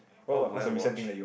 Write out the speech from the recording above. oh where I watch